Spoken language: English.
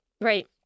Right